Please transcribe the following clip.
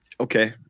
Okay